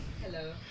Hello